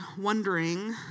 wondering